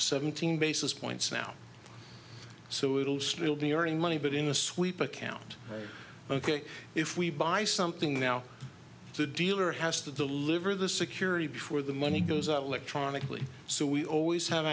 seventeen basis points now so it'll still be earning money but in a sweep account ok if we buy something now the dealer has to deliver the security before the money goes out electronically so we always have